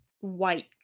white